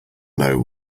know